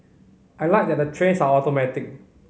I like that the trains are automatic